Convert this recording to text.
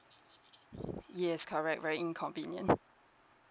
yes correct very inconvenient